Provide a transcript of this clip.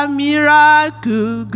miracle